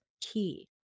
key